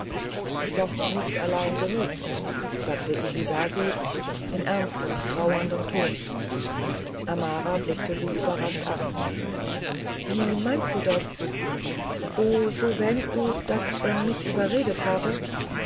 doch nicht allein genug sagte isidasi in ernstem trauerndem ton amara blickte sie überrascht an wie meinst du das o so wähnst du daß er mich überredet habe